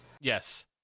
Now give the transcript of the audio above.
yes